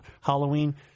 Halloween